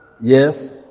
yes